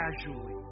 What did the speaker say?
casually